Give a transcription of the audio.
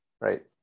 right